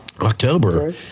October